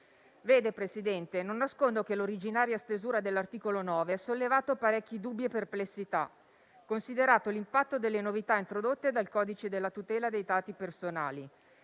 Signor Presidente, non nascondo che l'originaria stesura dell'articolo 9 ha sollevato parecchi dubbi e perplessità, considerato l'impatto delle novità introdotte dal Codice in materia di protezione dei dati personali,